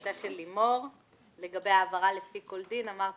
שהאוצר לא מתכוון לשלם את זה השנה ולכל עמית יורידו מעל 7 אחוזים.